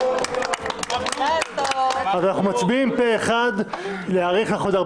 אני רוצה לשלוח מכאן ולאחל מכל הלב